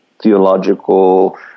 theological